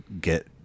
get